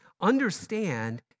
understand